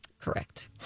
Correct